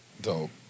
Dope